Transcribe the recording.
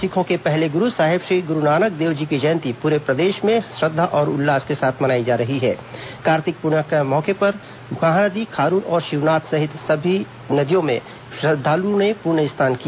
सिखों के पहले गुरू साहेब श्री गुरूनानक देवजी की जयंती पर पूरे प्रदेश में श्रद्धा और उल्लास के साथ मनाई जा रही है कार्तिक पूर्णिमा के मौके पर महानदी खारून और शिवनाथ सहित विभिन्न नदियों में श्रद्वालुओं ने पुण्य स्नान किया